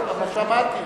שמעתי.